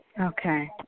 Okay